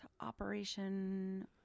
Operation